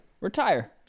retire